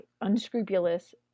unscrupulous